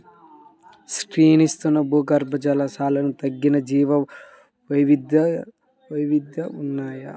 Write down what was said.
క్షీణిస్తున్న భూగర్భజల స్థాయిలు తగ్గిన జీవవైవిధ్యం ఉన్నాయి